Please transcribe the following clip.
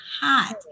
hot